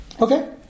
Okay